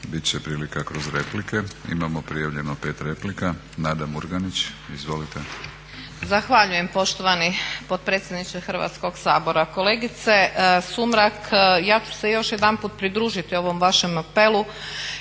će prilika kroz replike. Imamo prijavljeno 5 replika. Nada Murganić, izvolite. **Murganić, Nada (HDZ)** Zahvaljujem poštovani potpredsjedniče Hrvatskoga sabora. Kolegice Sumrak, ja ću se još jedanput pridružiti ovom vašem apelu